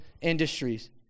industries